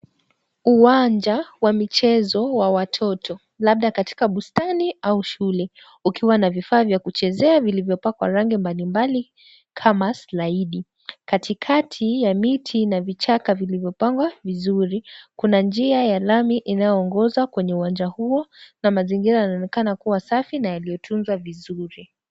Uwanja wa michezo wa watoto, labda katika bustani au shule, ukiwa na vifaa vya kuchezea vilivyopakwa rangi mbali mbali kama slaidi. Katikati ya miti na vichaka vilivyopangwa vizuri, kuna njia ya lami inayoongoza kwenye uwanja huo, na mazingira yanaonekana kuwa safi na yaliyotunza vizuri.